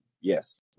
Yes